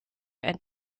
and